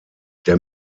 der